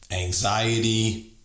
anxiety